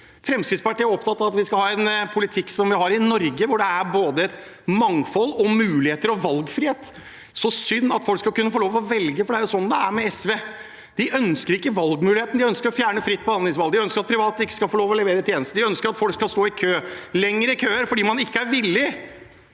Fremskrittspartiet er opptatt av at vi skal ha en politikk som vi har i Norge, hvor det er både mangfold, muligheter og valgfrihet. Det er så synd at folk skal kunne få lov til å velge – sånn er det med SV. De ønsker ikke valgmuligheten. De ønsker å fjerne fritt behandlingsvalg. De ønsker ikke at private skal få lov til å levere tjenester. De ønsker at folk skal stå i kø, lengre køer, fordi man ikke er villig